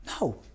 No